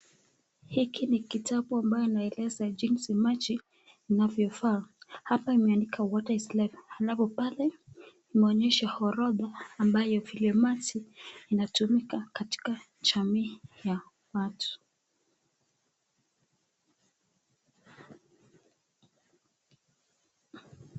Hiki ni kitabu ambayo inaeleza jinsi maji inavyofaa. Hapa imeandikwa water is life alafu pale imeonyesha orodha ambayo vile maji inatumika katika jamii ya watu.